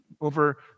over